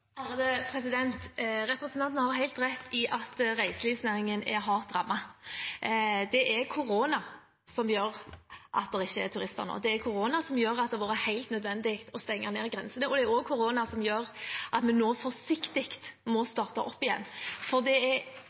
Representanten har helt rett i at reiselivsnæringen er hardt rammet. Det er korona som gjør at det ikke er turister nå. Det er korona som gjør at det har vært helt nødvendig å stenge grensene. Det er også korona som gjør at vi nå forsiktig må starte opp igjen, for det er